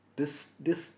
this this